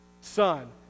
son